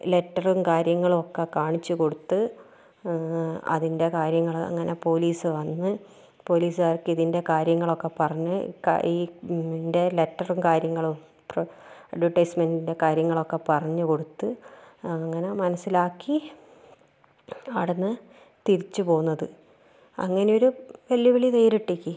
ലെറ്ററും കാര്യങ്ങളുമൊക്കെ കാണിച്ച് കൊടുത്ത് അതിൻ്റെ കാര്യങ്ങൾ അങ്ങനെ പോലീസ് വന്ന് പോലീസുകാർക്കതിൻ്റെ കാര്യങ്ങളൊക്കെ പറഞ്ഞ് കാ ഈ ഇതിൻ്റെ ലെറ്ററും കാര്യങ്ങളും അഡ്വർടൈസ്മെന്റിൻ്റെ കാര്യങ്ങളൊക്കെ പറഞ്ഞ് കൊടുത്ത് അങ്ങനെ മനസ്സിലാക്കി അവിടെ നിന്ന് തിരിച്ച് പോന്നത് അങ്ങനെയൊരു വെല്ലുവിളി നേരിട്ടെനിക്ക്